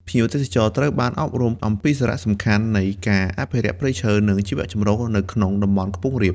ភ្ញៀវទេសចរត្រូវបានអប់រំអំពីសារៈសំខាន់នៃការ អភិរក្សព្រៃឈើ និងជីវចម្រុះនៅក្នុងតំបន់ខ្ពង់រាប។